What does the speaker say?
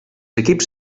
equips